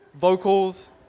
vocals